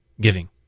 giving